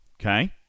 Okay